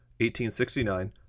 1869